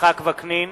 יצחק וקנין,